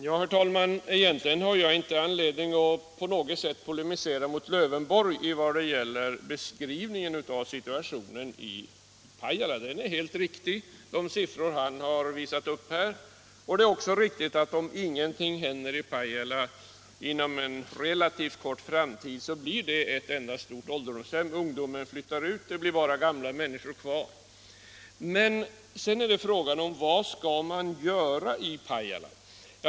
Herr talman! Egentligen har jag inte anledning att på något sätt polemisera mot herr Lövenborg i vad det gäller beskrivningen av situationen i Pajala. De siffror som herr Lövenborg redovisat är helt riktiga, och det är också riktigt att om ingenting händer i Pajala inom en relativt snar framtid, så blir det ett enda stort ålderdomshem — ungdomen flyttar ut, det blir bara gamla människor kvar. Men sedan är frågan: Vad skall man göra i Pajala?